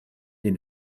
den